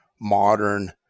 modern